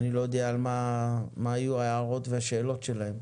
אני לא יודע על מה יהיו ההערות והשאלות שלהם.